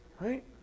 Right